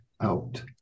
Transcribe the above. out